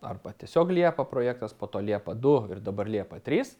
arba tiesiog liepa projektas po to liepa du ir dabar liepa trys